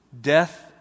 death